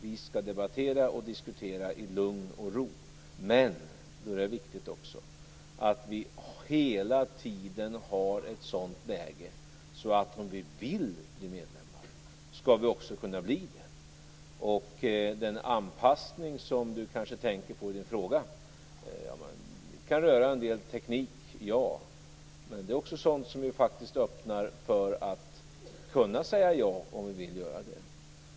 Vi skall debattera och diskutera i lugn och ro, men det är också viktigt att vi hela tiden har ett sådant läge att vårt land, om vi vill det, också skall kunna bli medlem. Det är sant att den anpassning som Sven Bergström nämner i sin fråga till en del kan vara av teknisk art, men vi bör också öppna för att kunna säga ja, om vi vill göra det.